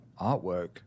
artwork